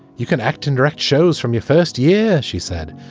you can act in direct shows from your first year, she said.